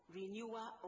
renewal